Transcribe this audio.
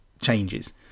changes